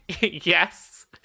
Yes